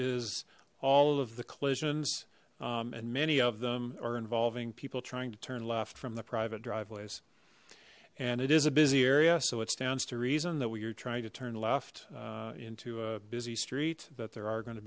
is all of the collisions um and many of them are involving people trying to turn left from the private driveways and it is a busy area so it stands to reason that you're trying to turn left into a busy street that there are going to